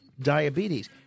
diabetes